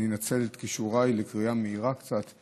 אני אנצל את כישוריי לקריאה מהירה קצת,